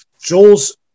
Joel's